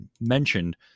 mentioned